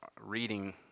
reading